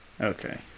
Okay